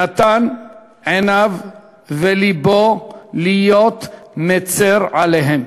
נתן עיניו ולבו להיות מצר עליהם.